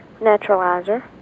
Naturalizer